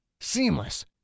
seamless